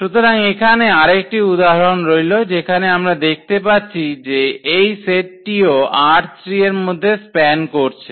সুতরাং এখানে আরেকটি উদাহরণ রইল যেখানে আমরা দেখতে পাচ্ছি যে এই সেটটিও ℝ3 এর মধ্যে স্প্যান করছে